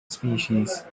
species